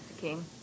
King